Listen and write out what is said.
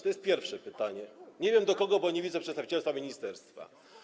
To jest pierwsze pytanie, nie wiem do kogo, bo nie widzę przedstawicielstwa ministerstwa.